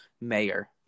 mayor